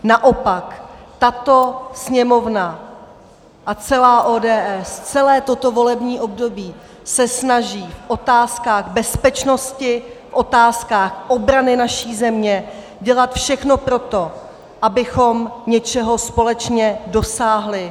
Naopak tato Sněmovna a celá ODS celé toto volební období se snaží v otázkách bezpečnosti, v otázkách obrany naší země dělat všechno pro to, abychom něčeho společně dosáhli.